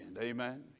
amen